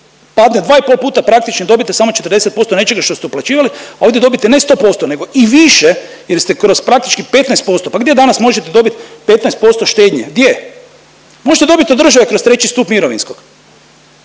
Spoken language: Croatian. padne 2,5 puta praktično dobit je samo 40% nečega što ste uplaćivali, a ovdje dobite ne 100% nego i više jer ste kroz praktički 15%, pa gdje danas možete dobiti 15% štednje, gdje, možete dobiti od države kroz treći stup mirovinskog.